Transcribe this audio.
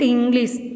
English